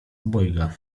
obojga